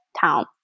town